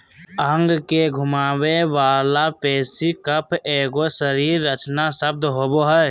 अंग के घुमावे वाला पेशी कफ एगो शरीर रचना शब्द होबो हइ